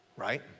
right